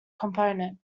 component